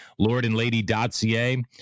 LordandLady.ca